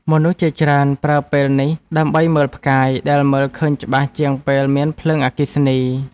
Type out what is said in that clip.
មនុស្សជាច្រើនប្រើពេលនេះដើម្បីមើលផ្កាយ ដែលមើលឃើញច្បាស់ជាងពេលមានភ្លើងអគ្គិសនី។